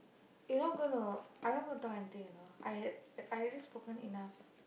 you're not going to I'm not gonna talk anything you know I had I had already spoken enough